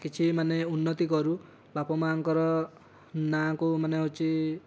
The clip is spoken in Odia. କିଛି ମାନେ ଉନ୍ନତି କରୁ ବାପାମାଆଙ୍କର ନାଁକୁ ମାନେ ହେଉଛି